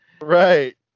Right